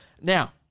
now